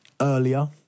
earlier